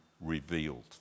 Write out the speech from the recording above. revealed